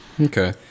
Okay